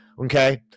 okay